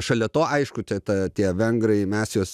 šalia to aišku čia ta tie vengrai mes juos